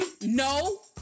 No